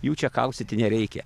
jų čia kaustyti nereikia